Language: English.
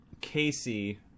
Casey